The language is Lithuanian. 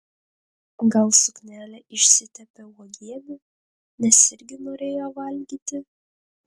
gal suknelė išsitepė uogiene nes irgi norėjo valgyti